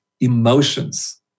emotions